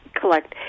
collect